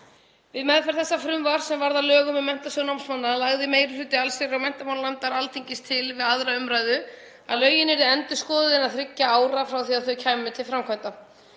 Við meðferð þess frumvarps sem varð að lögum um Menntasjóð námsmanna lagði meiri hluti allsherjar- og menntamálanefndar Alþingis til við 2. umræðu að lögin yrðu endurskoðuð innan þriggja ára frá því að þau kæmu til framkvæmda.